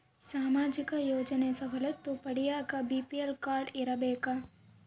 ಸಾಮಾಜಿಕ ಯೋಜನೆ ಸವಲತ್ತು ಪಡಿಯಾಕ ಬಿ.ಪಿ.ಎಲ್ ಕಾಡ್೯ ಇರಬೇಕಾ?